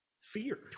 fear